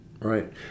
Right